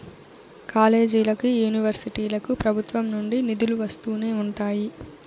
కాలేజీలకి, యూనివర్సిటీలకు ప్రభుత్వం నుండి నిధులు వస్తూనే ఉంటాయి